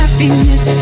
Happiness